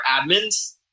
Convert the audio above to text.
admins